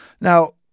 Now